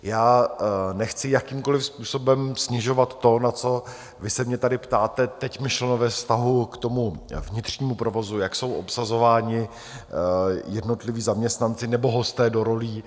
Já nechci jakýmkoliv způsobem snižovat to, na co vy se mě tady ptáte, teď myšleno ve vztahu k tomu vnitřnímu provozu, jak jsou obsazováni jednotliví zaměstnanci nebo hosté do rolí.